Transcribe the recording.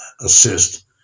assist